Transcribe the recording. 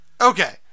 Okay